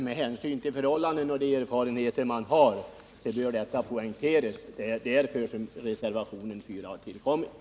Med hänsyn till de erfarenheter man har bör detta enligt vår mening starkt poängteras.